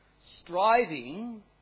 striving